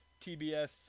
TBS